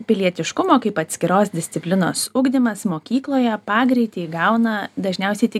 pilietiškumo kaip atskiros disciplinos ugdymas mokykloje pagreitį įgauna dažniausiai tik